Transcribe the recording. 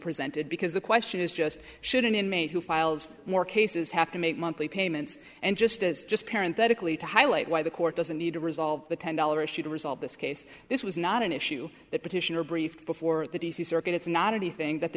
presented because the question is just should an inmate who files more cases have to make monthly payments and just as just parent that equally to highlight why the court doesn't need to resolve the ten dollar issue to resolve this case this was not an issue that petitioner brief before the d c circuit it's not anything that the